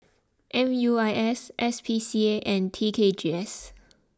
M U I S S P C A and T K G S